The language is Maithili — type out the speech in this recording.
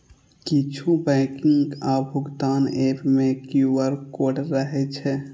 किछु बैंकिंग आ भुगतान एप मे क्यू.आर कोड रहै छै